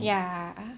ya